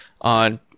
on